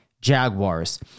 Jaguars